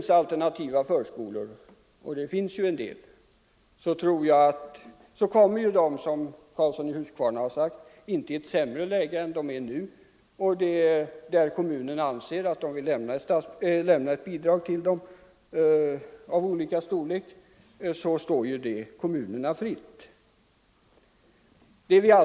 De alternativa förskolor som finns — och det finns en del sådana - kommer, som herr Karlsson i Huskvarna sagt, inte i ett sämre läge än de är i nu. Om kommunerna vill ge dem bidrag står det kommunerna fritt att göra det.